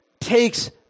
takes